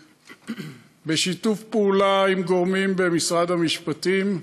בשיתוף פעולה עם גורמים במשרד המשפטים,